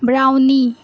brownie